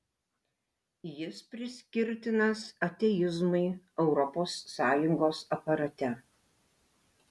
jis priskirtinas ateizmui europos sąjungos aparate